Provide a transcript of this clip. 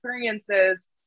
experiences